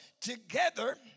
together